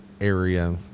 area